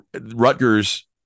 Rutgers